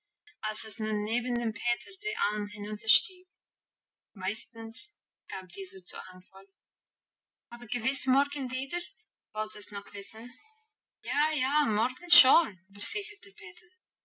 es nun neben dem peter die alm hinunterstieg meistens gab dieser zur antwort aber gewiss morgen wieder wollte es noch wissen ja ja morgen schon versicherte peter